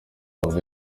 wumve